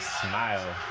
smile